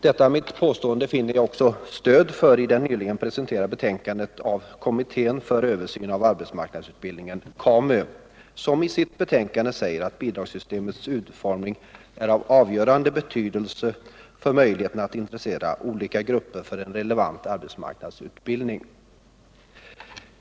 Detta mitt påstående finner jag stöd för i det nyligen presenterade betänkandet av kommittén för översyn av arbetsmarknadsutbildningen, KAMU, där det står att bidragssystemets utformning är av avgörande betydelse för möjligheten att intressera olika grupper för en relevant arbetsmarknadsutbildning.